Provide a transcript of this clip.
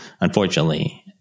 unfortunately